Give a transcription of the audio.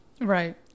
Right